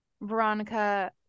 Veronica